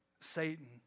Satan